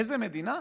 איזו מדינה,